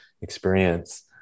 experience